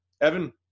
Evan